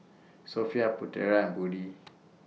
Sofea Putera and Budi